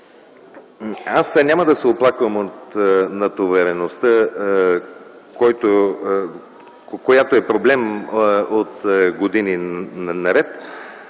Аз няма да се оплаквам от натовареността, която е проблем от години наред.